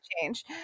change